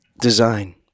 Design